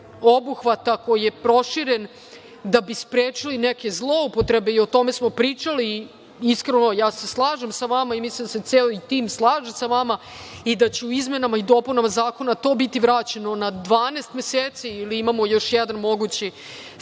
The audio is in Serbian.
obuhvata koji je proširen da bi sprečili neke zloupotrebe. O tome smo pričali. Iskreno, ja se slažem sa vama i mislim da se i celi tim slaže sa vama i da će izmenama i dopunama zakona to biti vraćeno na 12 meseci. Imamo još jedan mogući